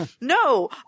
no